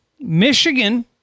michigan